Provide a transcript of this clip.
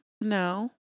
No